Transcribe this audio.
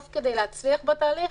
בסוף, כדי להצליח בתהליך,